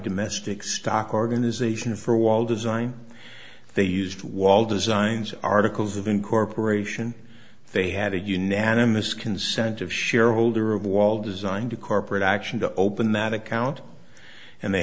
domestic stock organization for wall design they used wall designs articles of incorporation they had a unanimous consent of shareholder of wall design to corporate action to open that account and they